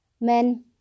Men